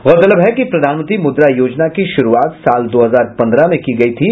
गौरतलब है कि प्रधानमंत्री मुद्रा योजना की शुरूआत साल दो हजार पन्द्रह में की गयी